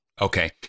Okay